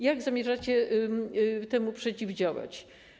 Jak zamierzacie temu przeciwdziałać?